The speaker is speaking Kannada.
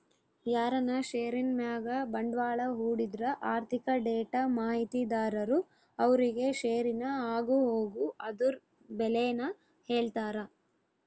ಯಾರನ ಷೇರಿನ್ ಮ್ಯಾಗ ಬಂಡ್ವಾಳ ಹೂಡಿದ್ರ ಆರ್ಥಿಕ ಡೇಟಾ ಮಾಹಿತಿದಾರರು ಅವ್ರುಗೆ ಷೇರಿನ ಆಗುಹೋಗು ಅದುರ್ ಬೆಲೇನ ಹೇಳ್ತಾರ